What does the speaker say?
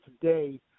today